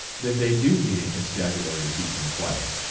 then they do need a constabulary to keep them quiet?